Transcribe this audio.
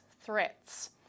threats